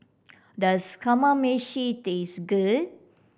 does Kamameshi taste good